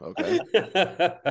Okay